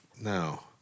No